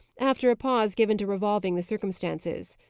after a pause given to revolving the circumstances.